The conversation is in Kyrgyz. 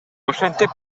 ошентип